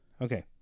Okay